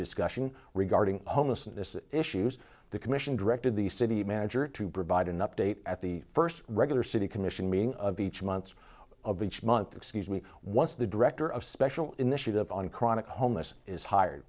discussion regarding homelessness issues the commission directed the city manager to provide an update at the first regular city commission meeting of each month of each month excuse me once the director of special initiative on chronic homeless is hi